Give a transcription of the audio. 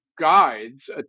guides